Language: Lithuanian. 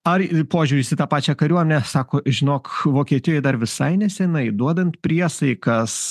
ar ir požiūris į tą pačią kariuomenę sako žinok vokietijoj dar visai neseniai duodant priesaikas